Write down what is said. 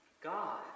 God